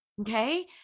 Okay